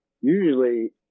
usually